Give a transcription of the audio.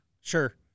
Sure